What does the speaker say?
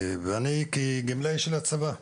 אז אני כגמלאי של הצבא,